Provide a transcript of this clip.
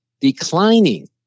declining